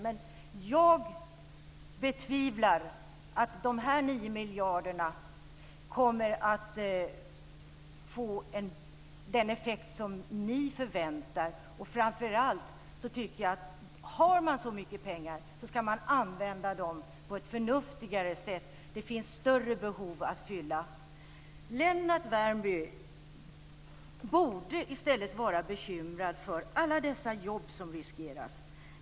Men jag betvivlar att de här 9 miljarderna kommer att få den effekt som ni förväntar er. Framför allt tycker jag att har man så mycket pengar ska man använda dem på ett förnuftigare sätt. Det finns större behov att fylla. Lennart Värmby borde i stället vara bekymrad för alla dessa jobb som riskeras.